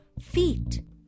feet